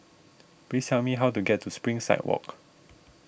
please tell me how to get to Springside Walk